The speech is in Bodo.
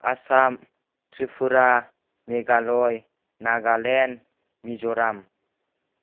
आसाम त्रिपुरा मेघालया नागालेण्ड मिज'राम